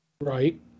right